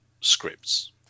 scripts